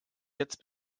jetzt